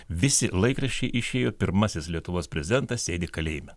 visi laikraščiai išėjo pirmasis lietuvos prezidentas sėdi kalėjime